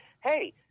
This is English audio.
hey